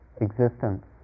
existence